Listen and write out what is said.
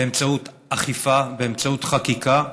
באמצעות אכיפה, באמצעות חקיקה,